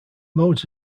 modes